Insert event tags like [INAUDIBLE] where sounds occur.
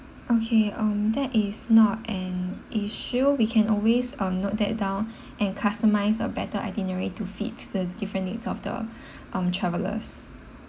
okay um that is not an issue we can always um note that down [BREATH] and customized a better itinerary to fits the different needs of the [BREATH] um travellers